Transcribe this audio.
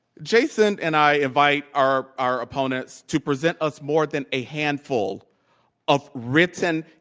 jason and i invite our our opponents to present us more than a handful of written,